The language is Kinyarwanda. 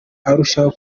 arushaho